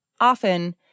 Often